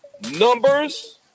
numbers